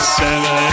seven